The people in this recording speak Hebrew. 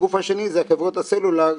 והגוף השני זה חברות הסלולר.